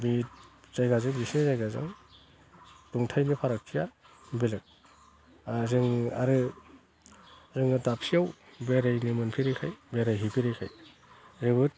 बे जायगाजों बिसोरनि जायगाजों दुंथायनि फखरागथिया बेलेग आरो जों दाबसेयाव बेरायनो मोनफेरिखाय बेरायहैफेरिखाय जोबोद